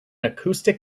acoustic